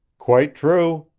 quite true,